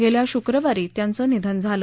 गेल्या शुक्रवारी त्यांचं निधन झालं